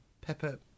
pepper